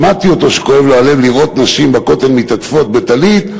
שמעתי אותו שכואב לו הלב לראות נשים בכותל מתעטפות בטלית.